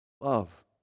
Love